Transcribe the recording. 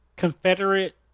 confederate